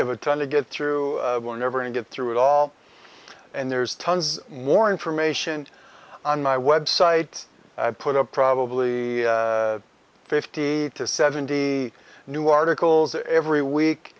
have a ton to get through never and get through it all and there's tons more information on my website put up probably fifty to seventy new articles every week